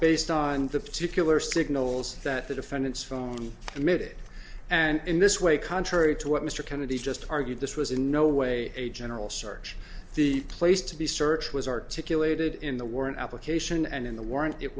based on the particular signals that the defendant's phone emitted and in this way contrary to what mr kennedy just argued this was in no way a general search the place to be search was articulated in the warrant application and in the warrant it